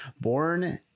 Born